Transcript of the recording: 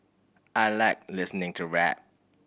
I like listening to rap